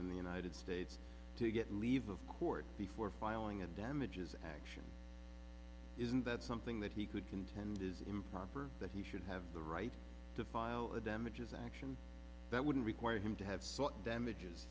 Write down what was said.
in the united states to get leave of court before filing it damages action isn't that something that he could contend is improper that he should have the right to file a damages action that wouldn't require him to have